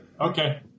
Okay